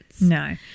No